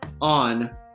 on